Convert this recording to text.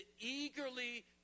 eagerly